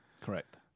Correct